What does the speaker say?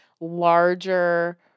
larger